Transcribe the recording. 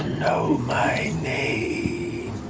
know my name.